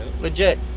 Legit